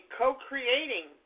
co-creating